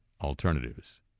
alternatives